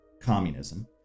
communism